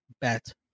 bet